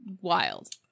wild